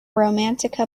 romántica